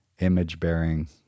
image-bearing